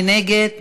מי נגד?